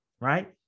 right